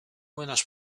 młynarz